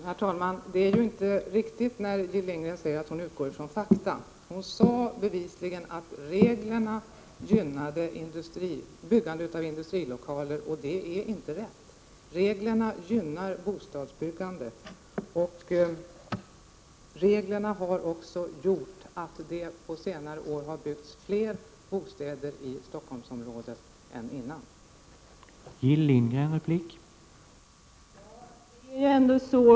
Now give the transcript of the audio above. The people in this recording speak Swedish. Herr talman! Det som Jill Lindgren säger, då hon påstår att hon utgår från fakta, är inte riktigt. Hon sade bevisligen att reglerna gynnar byggande av industrilokaler, och det är inte rätt. Reglerna gynnar bostadsbyggandet, och reglerna har också gjort att det på senare år har byggts fler bostäder i Stockholmsområdet än åren dessförinnan.